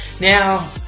Now